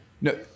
no